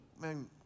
man